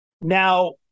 Now